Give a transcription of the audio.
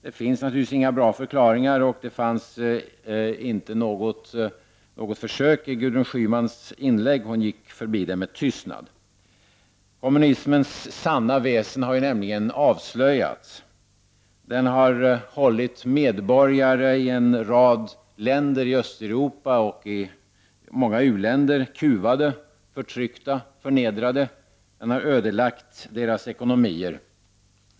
Det finns naturligtvis inga bra förklaringar, och det fanns inte något försök i Gudrun Schymans inlägg. Hon gick förbi det med tystnad. Kommunismens sanna väsen har nämligen avslöjats. Den har hållit medborgare i en rad länder i Östeuropa och i många u-länder kuvade, förtryckta, förnedrade. Den har ödelagt deras ekonomier.